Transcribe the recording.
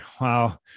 Wow